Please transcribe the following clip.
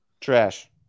Trash